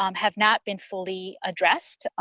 um have not been fully addressed,